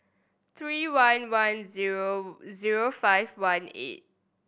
three one one zero zero five one eight